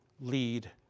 lead